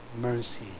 mercy